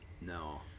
No